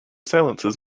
silences